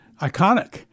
iconic